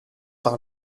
par